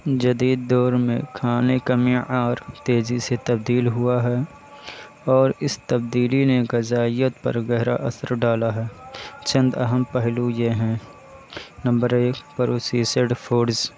جدید دور میں کھانے کا معیار تیزی سے تبدیل ہوا ہے اور اس تبدیلی نے غذائیت پر گہرا اثر ڈالا ہے چند اہم پہلو یہ ہیں نمبر ایک پروسیسڈ فوڈز